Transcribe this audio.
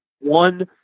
one